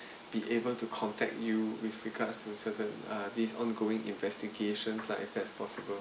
be able to contact you with regards to certain uh this ongoing investigations lah if that is possible